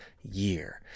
year